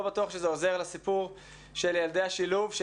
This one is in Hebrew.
לא בטוח שזה עוזר לסיפור של ילדי השילוב.